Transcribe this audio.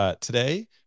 Today